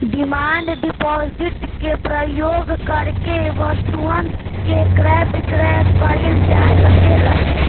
demand deposit के प्रयोग करके वस्तुअन के क्रय विक्रय कईल जा सकेला